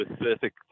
specific